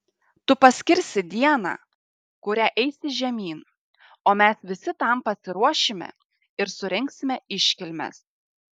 tu paskirsi dieną kurią eisi žemyn o mes visi tam pasiruošime ir surengsime iškilmes